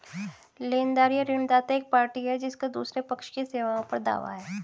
लेनदार या ऋणदाता एक पार्टी है जिसका दूसरे पक्ष की सेवाओं पर दावा है